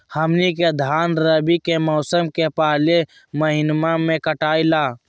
हमनी के धान रवि के मौसम के पहले महिनवा में कटाई ला